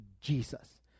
Jesus